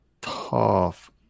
tough